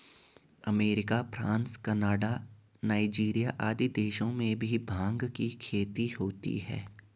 America, France, Canada, Nigeria आदि देशों में भी भाँग की खेती होती है